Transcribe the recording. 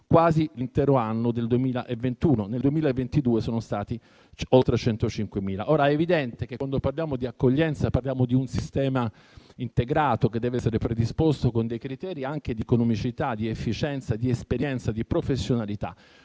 quasi quanto nell'intero 2021. Nel 2022 sono stati oltre 105.000. È evidente che, quando parliamo di accoglienza, parliamo di un sistema integrato che deve essere predisposto con dei criteri anche di economicità, efficienza, esperienza e professionalità.